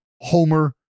Homer